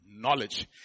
knowledge